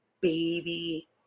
baby